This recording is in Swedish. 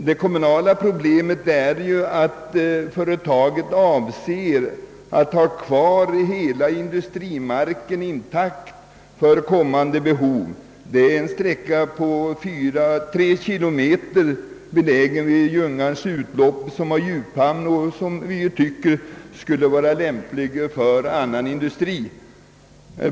Det kommunala problemet är att företaget avser att ha' kvar hela industrimarken intakt för kommande behov, Det är en sträcka på 3 kilometer, belägen kring Ljungans utlopp där det finns djuphamn, som vi tycker skulle vara lämplig för annan industri.